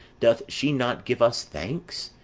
doth she not give us thanks?